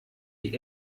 die